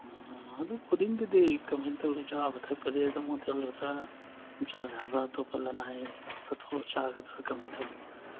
ꯑꯗꯣ ꯐꯨꯗꯤꯡꯕꯨꯗꯤ ꯀꯃꯥꯏꯅ ꯇꯧꯏ ꯆꯥꯕ ꯊꯛꯄꯗꯤ ꯑꯗꯨꯝ ꯍꯣꯇꯦꯜꯗꯨꯗ ꯆꯥꯕ ꯌꯥꯕ꯭ꯔ ꯑꯇꯣꯞꯄ ꯂꯅꯥꯏꯗ ꯊꯣꯛꯑ ꯆꯥꯒꯗ꯭ꯔ ꯀꯃꯥꯏꯅ ꯇꯧꯏ